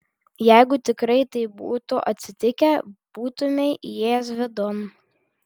jeigu tikrai taip būtų atsitikę būtumei įėjęs vidun